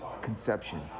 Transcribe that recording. conception